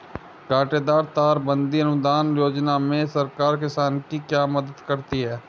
कांटेदार तार बंदी अनुदान योजना में सरकार किसान की क्या मदद करती है?